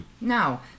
No